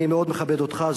אני מאוד מכבד אותך,